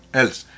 else